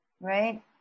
right